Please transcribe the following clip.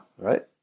right